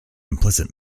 implicit